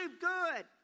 Good